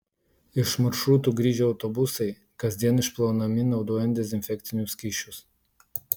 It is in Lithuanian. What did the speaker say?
iš maršrutų grįžę autobusai kasdien išplaunami naudojant dezinfekcinius skysčius